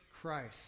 Christ